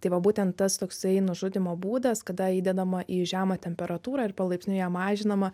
tai va būten tas toksai nužudymo būdas kada įdedama į žemą temperatūrą ir palaipsniui ją mažinama